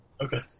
Okay